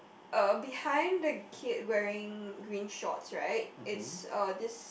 uh behind the kid wearing green shorts right it's a this